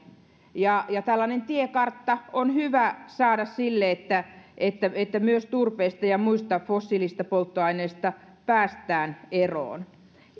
tällainen tiekartta on hyvä saada sille että että myös turpeesta ja muista fossiilisista polttoaineista päästään eroon